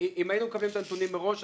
אם היינו מקבלים את הנתונים מראש,